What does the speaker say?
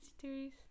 series